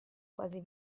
quasi